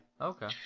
Okay